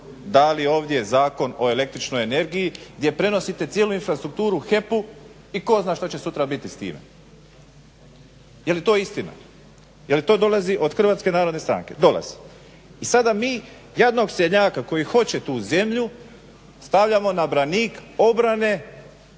dali ovdje Zakon o električnoj energiji gdje prenosite cijelu infrastrukturu HEP-u i tko zna što će sutra biti s time. Je li to istina, je li to dolazi od HNS-a, dolazi. I sada mi jednog seljaka koji hoće tu zemlju stavljamo na branik obrane